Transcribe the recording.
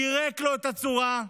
פירק לו את הצורה,